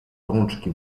rączki